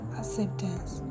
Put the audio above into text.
acceptance